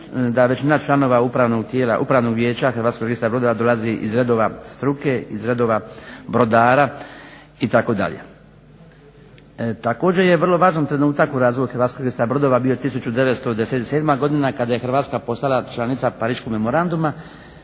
da većina članova upravnog vijeća Hrvatskog registra brodova dolazi iz redova struke, iz redova brodara itd.. Također je vrlo važan trenutak u razvoju Hrvatskog registra brodova bio 1997. godina kada je Hrvatska postala članica Pariškog memoranduma